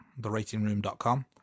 theratingroom.com